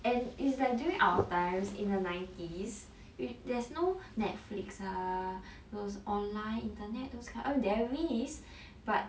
and it's like during our times in the nineties we there's no Netflix ah those online internet those kind of there is but